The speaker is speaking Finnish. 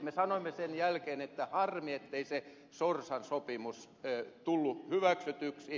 me sanoimme sen jälkeen että harmi ettei se sorsan sopimus tullut hyväksytyksi